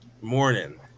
Morning